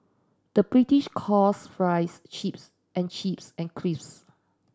the British calls fries chips and chips and crisps